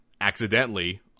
accidentally